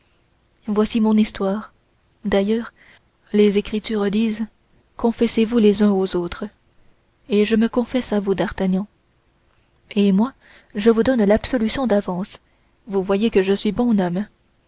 voici mon histoire d'ailleurs les écritures disent confessez-vous les uns aux autres et je me confesse à vous d'artagnan et moi je vous donne l'absolution d'avance vous voyez que je suis bon homme